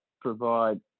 provide